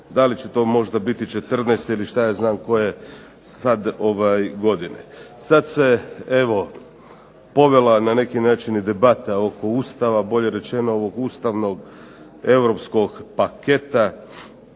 Da li će to možda biti 2014. ili što ja znam koje sad godine? Sad se, evo, povela na neki način i debata oko Ustava, bolje rečeno ovog ustavnog europskog paketa